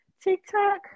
tiktok